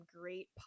great